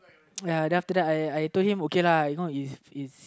ya then after that I I told him okay lah you know is is